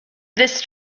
this